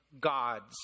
God's